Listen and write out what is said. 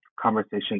conversation